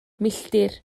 milltir